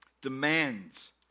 demands